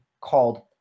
called